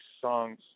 songs